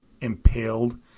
impaled